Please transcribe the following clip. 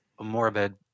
morbid